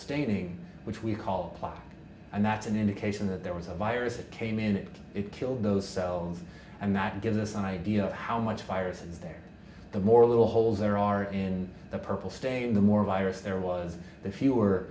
staining which we call plaque and that's an indication that there was a virus that came in and it killed those cells and that gives us an idea of how much virus is there the more little holes there are in the purple staying the more virus there was the fewer